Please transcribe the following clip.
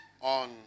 on